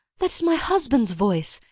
that is my husband's voice!